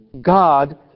God